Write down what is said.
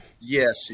yes